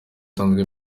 nsanzwe